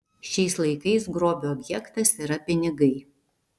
šiais laikais grobio objektas yra pinigai